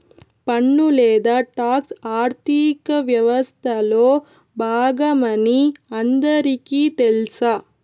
పన్ను లేదా టాక్స్ ఆర్థిక వ్యవస్తలో బాగమని అందరికీ తెల్స